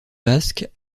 basques